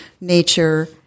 nature